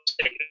State